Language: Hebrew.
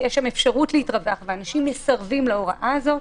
יש שם אפשרות להתרחב ואנשים מסרבים להוראה הזאת,